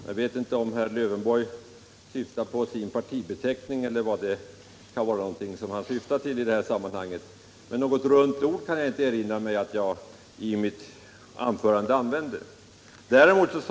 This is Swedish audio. Jag vet inte om Alf Lövenborg i det här sammanhanget syftade på sin partibeteckning eller någonting liknande, men jag kan inte erinra mig att jag i mitt anförande använde något runt ord.